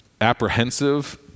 apprehensive